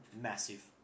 massive